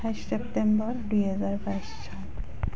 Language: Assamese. আঠাইছ ছেপ্টেম্বৰ দুই হেজাৰ বাইছ চন